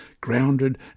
grounded